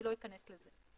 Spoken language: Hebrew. אני לא אכנס לזה.